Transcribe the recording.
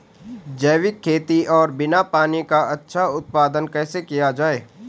जैविक खेती और बिना पानी का अच्छा उत्पादन कैसे किया जाए?